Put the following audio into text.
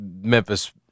Memphis